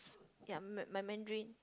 ya my my Mandarin